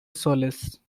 solace